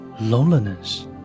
loneliness